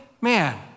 man